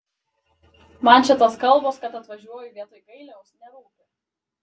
man čia tos kalbos kad atvažiuoju vietoj gailiaus nerūpi